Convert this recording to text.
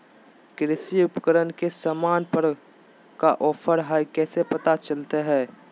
कृषि उपकरण के सामान पर का ऑफर हाय कैसे पता चलता हय?